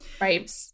Right